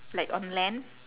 like on land